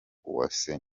uwase